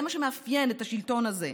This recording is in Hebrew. זה מה שמאפיין את השלטון הזה.